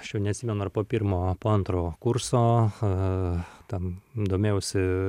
aš jau neatsimenu ar po pirmo po antro kurso ee ten domėjausi